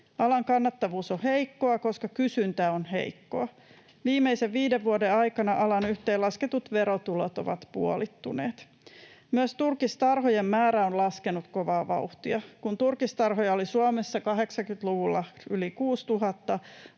Alan kannattavuus on heikkoa, koska kysyntä on heikkoa. Viimeisen viiden vuoden aikana alan yhteenlasketut verotulot ovat puolittuneet. Myös turkistarhojen määrä on laskenut kovaa vauhtia. Kun turkistarhoja oli Suomessa 80-luvulla yli 6 000,